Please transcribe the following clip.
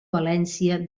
valència